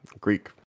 greek